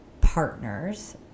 partners